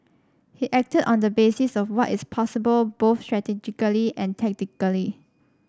he acted on the basis of what is possible both strategically and tactically